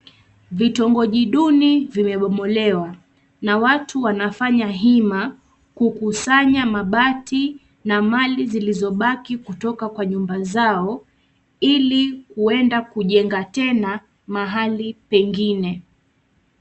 Vitongoji duni vimebomolewa na watu wanafanya hima, kukusanya mabati na mali zilizobaki kutoka kwa nyumba zao, ili kuenda kujenga tena mahali pengine.